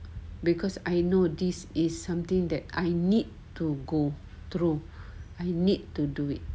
because I know this is something that I need to go through I need to do it